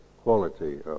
quality